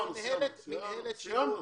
סיימת.